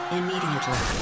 immediately